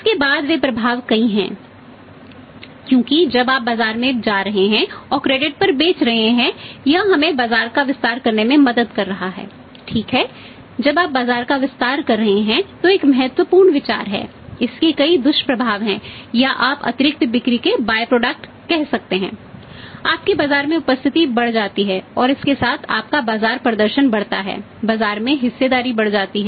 इसके बाद के प्रभाव कई हैं क्योंकि जब आप बाजार में जा रहे हैं और क्रेडिट कह सकते हैं आपकी बाजार में उपस्थिति बढ़ जाती है और इसके साथ आपका बाजार प्रदर्शन बढ़ता है बाजार में हिस्सेदारी बढ़ जाती है